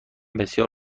بسیار